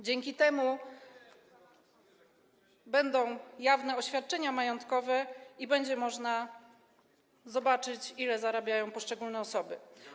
Dzięki temu będą jawne oświadczenia majątkowe i będzie można zobaczyć, ile zarabiają poszczególne osoby.